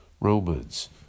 Romans